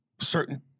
certain